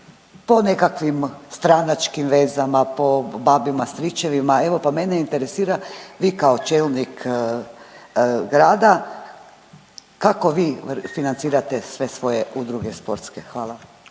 po nekakvim stranačkim vezama, po babama, po stričevima evo pa mene interesira vi kao čelnik grada kako vi financirate sve svoje udruge sportske? Hvala.